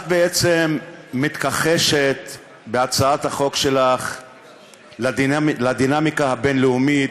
את בעצם מתכחשת בהצעת החוק שלך לדינמיקה הבין-לאומית,